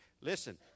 Listen